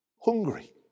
hungry